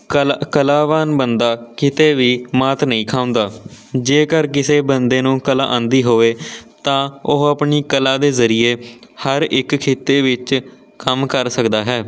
ਕਲਾ ਕਲਾਵਾਨ ਬੰਦਾ ਕਿਤੇ ਵੀ ਮਾਤ ਨਹੀਂ ਖਾਂਦਾ ਜੇਕਰ ਕਿਸੇ ਬੰਦੇ ਨੂੰ ਕਲਾ ਆਉਂਦੀ ਹੋਵੇ ਤਾਂ ਓਹ ਆਪਣੀ ਕਲਾ ਦੇ ਜ਼ਰੀਏ ਹਰ ਇੱਕ ਖਿੱਤੇ ਵਿੱਚ ਕੰਮ ਕਰ ਸਕਦਾ ਹੈ